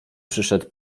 przyszedł